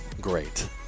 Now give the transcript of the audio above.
great